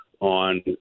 on